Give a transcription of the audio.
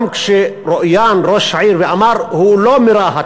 גם כשרואיין ראש העיר ואמר: הוא לא מרהט,